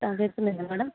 ആ കേൾക്കുന്നുണ്ടോ മാഡം